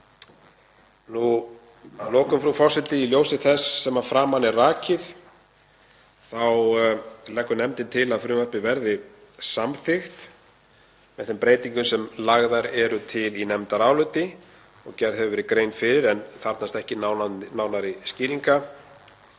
Að lokum, frú forseti: Í ljósi þess sem að framan er rakið leggur nefndin til að frumvarpið verði samþykkt með þeim breytingum sem lagðar eru til í nefndaráliti og gerð hefur verið grein fyrir en þarfnast ekki nánari skýringa.